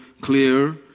clear